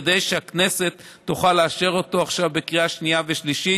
כדי שהכנסת תוכל לאשר אותו עכשיו בקריאה שנייה ושלישית.